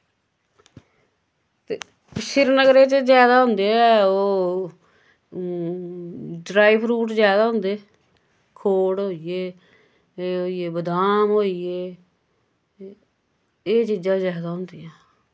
ते श्रीरनगरे च जैदा होंदे ऐ ओह् ड्राई फ्रूट जैदा होंदे खोड़ होई गे एह् होई गे बदाम होई गे एह् चीजां जैदा होंदियां